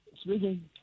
speaking